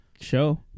show